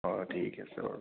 অঁ ঠিক আছে বাৰু